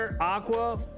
Aqua